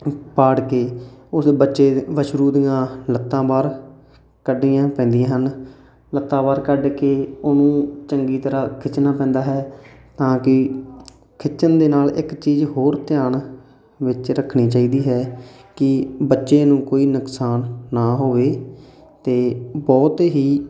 ਪਾੜ ਕੇ ਉਸ ਬੱਚੇ ਵਸ਼ਰੂ ਦੀਆਂ ਲੱਤਾਂ ਬਾਹਰ ਕੱਢੀਆਂ ਪੈਂਦੀਆਂ ਹਨ ਲੱਤਾਂ ਬਾਹਰ ਕੱਢ ਕੇ ਉਹਨੂੰ ਚੰਗੀ ਤਰ੍ਹਾਂ ਖਿੱਚਣਾ ਪੈਂਦਾ ਹੈ ਤਾਂ ਕਿ ਖਿੱਚਣ ਦੇ ਨਾਲ ਇੱਕ ਚੀਜ਼ ਹੋਰ ਧਿਆਨ ਵਿੱਚ ਰੱਖਣੀ ਚਾਹੀਦੀ ਹੈ ਕਿ ਬੱਚੇ ਨੂੰ ਕੋਈ ਨੁਕਸਾਨ ਨਾ ਹੋਵੇ ਅਤੇ ਬਹੁਤੇ ਹੀ